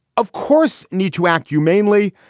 of course, need to act humanely,